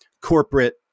corporate